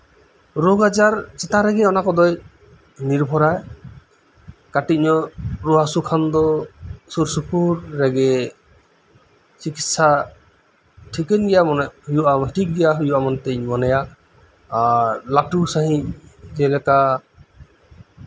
ᱨᱳᱜᱽ ᱟᱡᱟᱨ ᱪᱮᱛᱟᱱ ᱨᱮᱜᱮ ᱚᱱᱟ ᱠᱚᱫᱚᱭ ᱱᱤᱨᱵᱷᱚᱨᱟᱭ ᱠᱟᱹᱴᱤᱡ ᱧᱚᱜ ᱨᱩᱣᱟᱹ ᱦᱟᱥᱩ ᱠᱷᱟᱱ ᱫᱚ ᱥᱩᱨ ᱥᱩᱯᱩᱨ ᱨᱮᱜᱮ ᱪᱤᱠᱤᱥᱥᱟ ᱴᱷᱤᱠᱟᱰᱱ ᱜᱮᱭᱟ ᱦᱩᱭᱩᱜᱼᱟ ᱴᱷᱤᱠ ᱜᱮᱭᱟ ᱦᱩᱭᱩᱜᱼᱟᱵᱚᱱ ᱢᱮᱱᱛᱤᱧ ᱢᱚᱱᱮᱭᱟ ᱟᱨ ᱞᱟᱹᱴᱩ ᱥᱟᱺᱦᱤᱡ ᱡᱮᱞᱮᱠᱟ